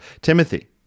Timothy